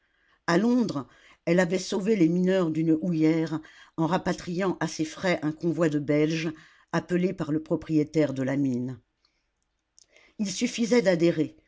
à londres elle avait sauvé les mineurs d'une houillère en rapatriant à ses frais un convoi de belges appelés par le propriétaire de la mine il suffisait d'adhérer